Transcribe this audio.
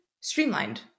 streamlined